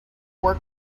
work